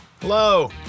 Hello